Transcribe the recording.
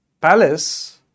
palace